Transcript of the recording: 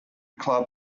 club